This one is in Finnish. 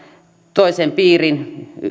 toisen piirin